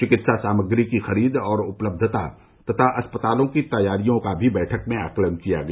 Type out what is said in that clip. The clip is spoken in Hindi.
चिकित्सा सामग्री की खरीद और उपलब्यता तथा अस्पतालों की तैयारियों का भी बैठक में आकलन किया गया